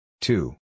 two